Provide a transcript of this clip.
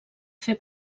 fer